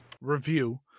review